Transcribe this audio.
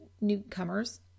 newcomers